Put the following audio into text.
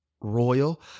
royal